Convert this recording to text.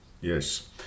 Yes